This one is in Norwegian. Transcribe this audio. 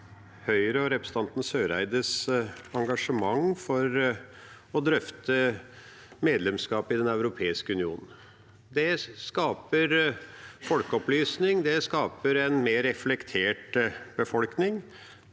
Høyres og representanten Søreides engasjement for å drøfte medlemskap i Den europeiske union. Det skaper folkeopplysning, det skaper en mer reflektert befolkning.